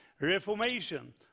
Reformation